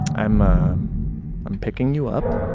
i'm ah i'm picking you up